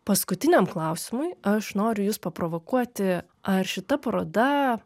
paskutiniam klausimui aš noriu jus paprovokuoti ar šita paroda